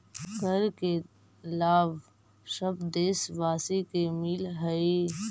कर के लाभ सब देशवासी के मिलऽ हइ